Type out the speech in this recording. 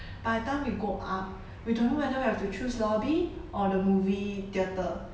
by time we go up we don't know whether we have to choose lobby or the movie theatre